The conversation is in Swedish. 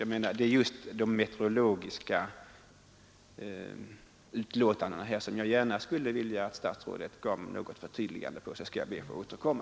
Det är just de meteorologiska utlåtandena som jag gärna skulle vilja att statsrådet gav mig ett förtydligande av; därefter skall jag be att få återkomma.